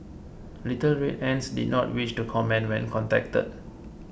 Little Red Ants did not wish to comment when contacted